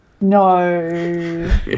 no